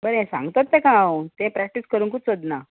बरें सांगत तेका हांव तें प्रॅक्टीस करूंकच सोदना